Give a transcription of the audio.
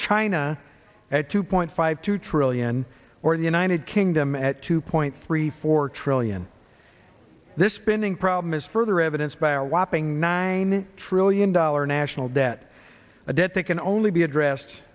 china at two point five two trillion or the united kingdom at two point three four trillion this spending problem is further evidence by a whopping nine trillion dollar national debt a debt that can only be addressed